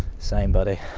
same, buddy.